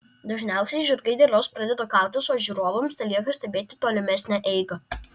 dažniausiai žirgai dėl jos pradeda kautis o žiūrovams telieka stebėti tolimesnę eigą